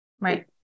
right